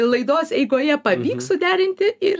laidos eigoje pavyks suderinti ir